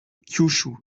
kyūshū